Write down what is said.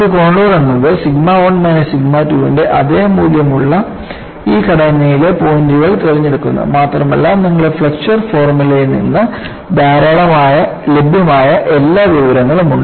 ഒരു കോണ്ടൂർ എന്നത് sigma 1 minus sigma 2 ന്റെ അതേ മൂല്യമുള്ള ഈ ഘടനയിലെ പോയിന്റുകൾ തിരഞ്ഞെടുക്കുന്നു മാത്രമല്ല നിങ്ങളുടെ ഫ്ലെക്ചർ ഫോർമുലയിൽ നിന്ന് ലഭ്യമായ എല്ലാ വിവരങ്ങളും ഉണ്ട്